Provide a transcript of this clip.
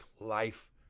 life